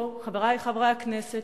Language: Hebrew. פה, חברי חברי הכנסת,